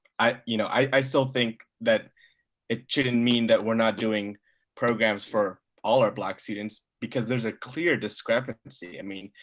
you know, i still think that it shouldn't mean that we're not doing programs for all our black students because there's a clear discrepancy. i mean,